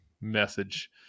message